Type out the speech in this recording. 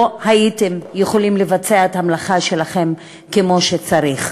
לא הייתם יכולים לבצע את המלאכה שלכם כמו שצריך.